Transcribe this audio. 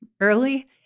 Early